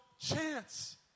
Chance